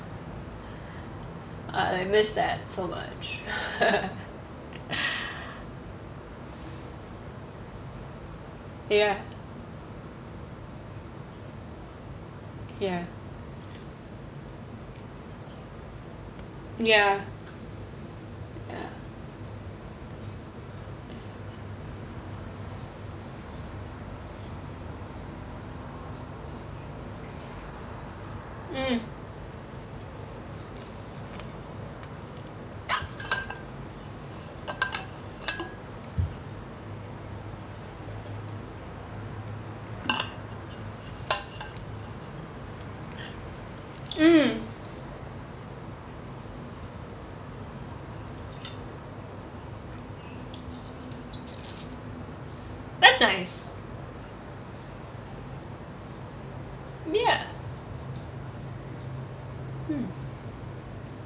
I miss that so much ya ya ya ya mm mm that's nice ya mm